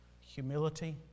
humility